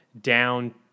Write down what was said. down